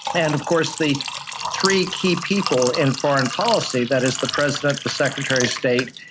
and of course the three key people in foreign policy that is the president, the secretary of state,